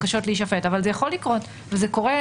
לא לשקף את זה